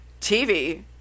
TV